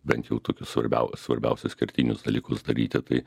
bent jau tokius svarbiau svarbiausius kertinius dalykus daryti tai